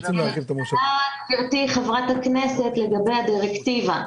גברתי חברת הכנסת, לגבי הדירקטיבה.